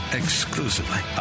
exclusively